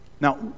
Now